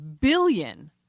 billion